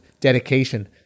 dedication